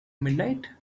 midnight